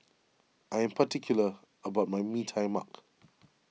I am particular about my Mee Tai Mak